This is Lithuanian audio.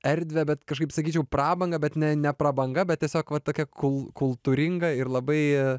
erdvę bet kažkaip sakyčiau prabangą bet ne ne prabanga bet tiesiog tokia kul kultūringa ir labai